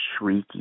shrieky